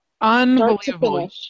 Unbelievable